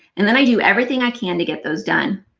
and then i do everything i can to get those done.